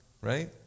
right